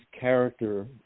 character